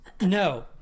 no